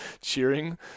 cheering